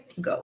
go